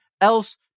else